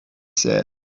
said